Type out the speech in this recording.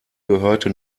gehörte